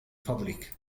فضلك